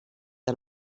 que